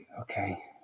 okay